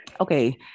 Okay